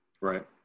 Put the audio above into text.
Right